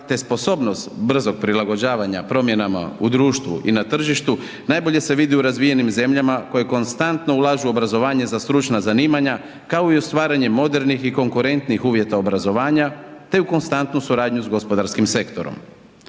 te sposobnost brzog prilagođavanja promjenama u društvu i na tržištu najbolje se vidi u razvijenim zemljama koje konstantno ulažu u obrazovanje za stručna zanimanja kao i u stvaranju modernih i konkurentnih uvjeta obrazovanja te u konstantnu suradnju s gospodarskim sektorom.